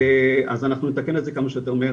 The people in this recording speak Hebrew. אז אנחנו נתקן את זה כמה שיותר מהר,